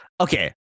Okay